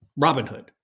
Robinhood